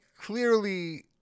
clearly